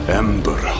ember